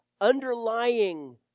underlying